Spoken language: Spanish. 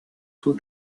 sus